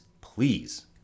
please